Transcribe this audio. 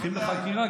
פותחים גם בחקירה.